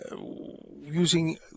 using